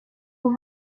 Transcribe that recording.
ubu